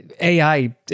AI